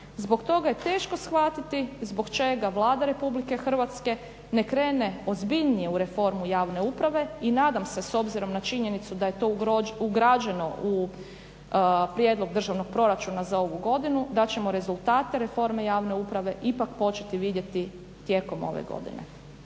Zbog toga je teško shvatiti zbog čega Vlada RH ne krene ozbiljnije u reformu javne uprave i nadam se s obzirom na činjenicu da je to ugrađeno u prijedlog državnog proračuna za ovu godinu da ćemo rezultate reforme javne uprave ipak početi vidjeti tijekom ove godine.